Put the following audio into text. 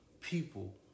people